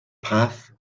path